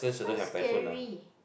why scary